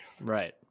Right